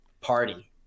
party